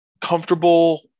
comfortable